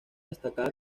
destacada